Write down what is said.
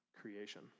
creation